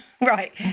right